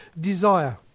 desire